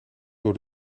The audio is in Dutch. door